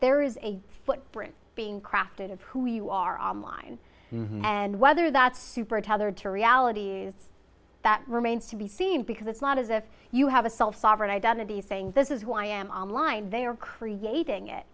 there is a footprint being crafted of who you are online and whether that's supertaster to realities that remains to be seen because it's not as if you have a cell sovereign identity saying this is who i am online they are creating it